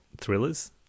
thrillers